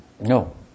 no